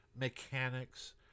mechanics